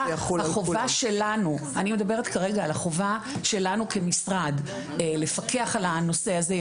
אני מדברת כרגע על החובה שלנו כמשרד לפקח על הנושא הזה והיא